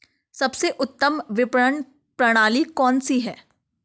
सबसे उत्तम विपणन प्रणाली कौन सी है?